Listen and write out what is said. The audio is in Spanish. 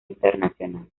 internacional